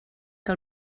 que